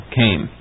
came